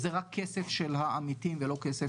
היום כבר הגופים המוסדיים שמהווים את האחוז המכריע,